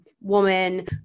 woman